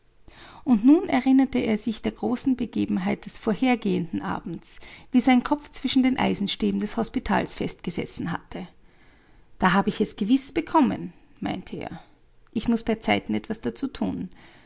und nun erinnerte er sich der großen begebenheit des vorher gehenden abends wie sein kopf zwischen den eisenstäben des hospitals festgesessen hatte da habe ich es gewiß bekommen meinte er ich muß bei zeiten etwas dazu thun